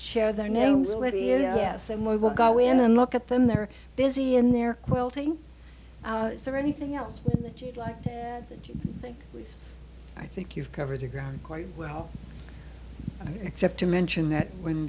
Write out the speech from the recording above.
share their names yes and we will go in and look at them they're busy in their welding is there anything else that you'd like to think i think you've covered the ground quite well except to mention that when